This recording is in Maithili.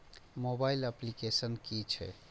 मोबाइल अप्लीकेसन कि छै?